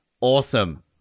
Awesome